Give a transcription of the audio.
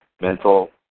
mental